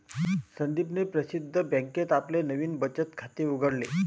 संदीपने प्रसिद्ध बँकेत आपले नवीन बचत खाते उघडले